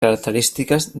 característiques